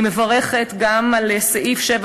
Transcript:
אני מברכת גם על סעיף 7,